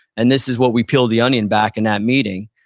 and this is what we peel the onion back in that meeting,